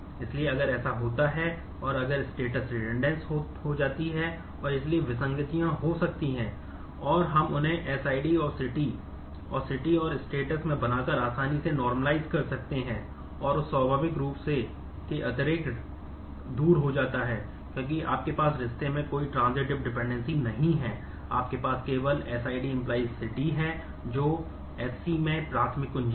इसलिए अगर ऐसा होता है और status रेडंडेंट है